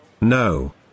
No